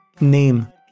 name